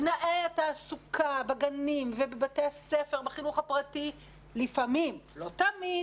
תנאי התעסוקה בגנים ובבתי הספר בחינוך הפרטי לפעמים לא תמיד,